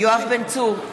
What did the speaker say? יואב בן צור,